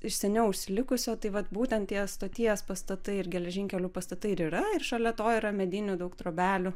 iš seniau užsilikusio tai vat būtent tie stoties pastatai ir geležinkelių pastatai ir yra ir šalia to yra medinių daug trobelių